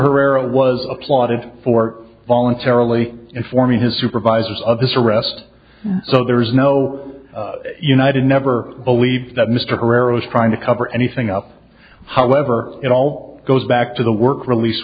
herrera was applauded for voluntarily informing his supervisors of this arrest so there is no united never believe that mr herrera was trying to cover anything up however it all goes back to the work release